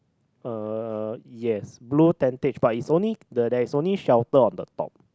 uh yes blue tentage but is only the there is only shelter on the top